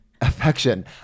affection